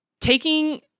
taking